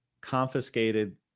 confiscated